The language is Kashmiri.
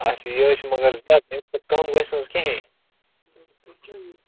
اچھا یہِ حظ چھُ مگر زیادٕ اَمہِ کھۄتہٕ کَم گَژھِ نہ حظ کِہیٛۍ